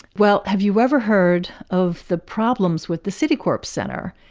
well, have you ever heard of the problems with the citicorp center?